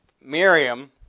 Miriam